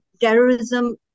terrorism